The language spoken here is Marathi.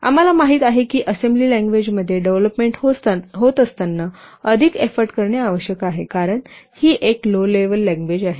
आम्हाला माहित आहे की असेंब्ली लँग्वेजमध्ये डेव्हलोपमेंट होत असताना अधिक एफोर्ट करणे आवश्यक आहे कारण ही एक लो लेव्हल लँग्वेज आहे